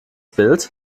bild